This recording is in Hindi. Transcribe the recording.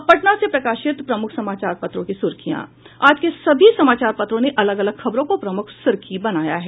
अब पटना से प्रकाशित प्रमुख समाचार पत्रों की सुर्खियां आज के सभी समाचार पत्रों ने अलग अलग खबरों को प्रमुख सुर्खी बनाया है